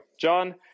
John